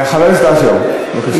חבר הכנסת אשר, בבקשה.